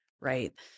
right